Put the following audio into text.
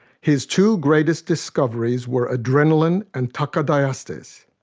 his two greatest discoveries were adrenalin and takadiastase.